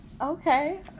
Okay